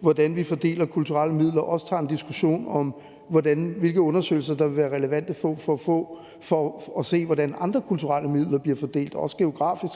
hvordan vi fordeler kulturelle midler, også tager en diskussion om, hvilke undersøgelser der vil være relevante at få for at se, hvordan andre kulturelle midler bliver fordelt, også geografisk.